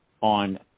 on